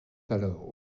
alors